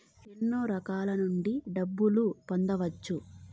ఎన్నో రకాల నుండి డబ్బులు పొందొచ్చు